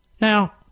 Now